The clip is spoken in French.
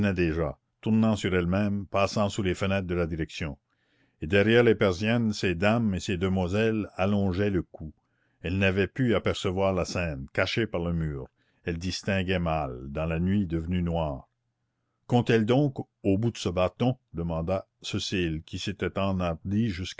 déjà tournant sur elles-mêmes passant sous les fenêtres de la direction et derrière les persiennes ces dames et ces demoiselles allongeaient le cou elles n'avaient pu apercevoir la scène cachée par le mur elles distinguaient mal dans la nuit devenue noire quont elles donc au bout de ce bâton demanda cécile qui s'était